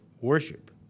worship